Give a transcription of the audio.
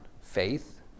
faith